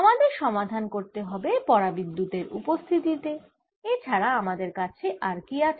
আমাদের সমাধান করতে হবে পরাবিদ্যুতের উপস্থিতি তে এছাড়া আমাদের কাছে আর কি আছে